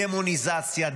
דמוניזציה,